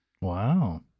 Wow